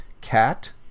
cat